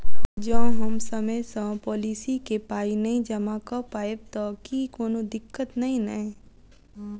जँ हम समय सअ पोलिसी केँ पाई नै जमा कऽ पायब तऽ की कोनो दिक्कत नै नै?